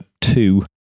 two